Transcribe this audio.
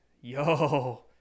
Yo